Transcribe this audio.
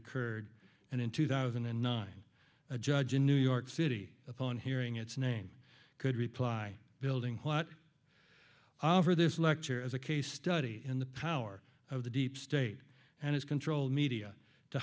occurred and in two thousand and nine a judge in new york city upon hearing its name could reply building what oliver this lecture as a case study in the power of the deep state and its controlled media to